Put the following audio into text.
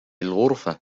الغرفة